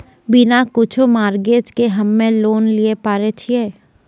बिना कुछो मॉर्गेज के हम्मय लोन लिये पारे छियै?